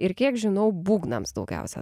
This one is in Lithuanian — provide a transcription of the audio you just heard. ir kiek žinau būgnams daugiausia